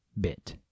bit